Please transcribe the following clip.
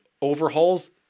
overhauls